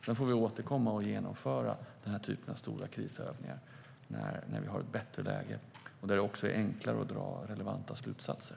Vi får återkomma och genomföra den typen av stora krisövningar när vi har ett bättre läge. Då blir det också enklare att dra relevanta slutsatser.